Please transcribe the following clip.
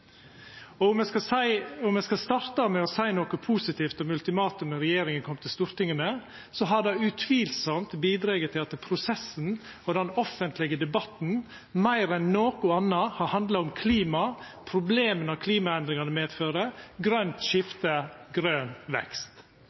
strålande. Om eg skal starta med å seia noko positivt om ultimatumet regjeringa kom til Stortinget med, så har det utvilsamt bidrege til at prosessen og den offentlege debatten meir enn noko anna har handla om klima, problema klimaendringane medfører, grønt skifte og grøn vekst.